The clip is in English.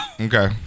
Okay